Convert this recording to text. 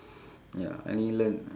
ya I only learn